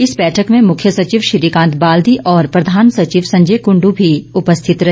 इस बैठक में मुख्य सचिव श्रीकांत बाल्दी और प्रधान सचिव संजय कुंडू भी उपस्थित रहे